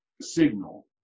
signal